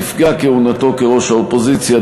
תפקע כהונתו כראש האופוזיציה,